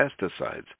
pesticides